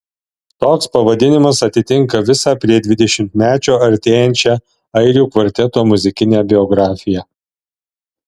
toks pavadinimas atitinka visą prie dvidešimtmečio artėjančią airių kvarteto muzikinę biografiją